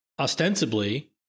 ostensibly